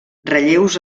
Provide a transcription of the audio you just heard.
relleus